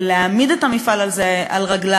להעמיד את המפעל על רגליו,